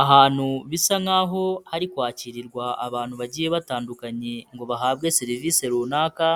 Ahantu bisa nkaho hari kwakirwa abantu bagiye batandukanye ngo bahabwe serivise runaka,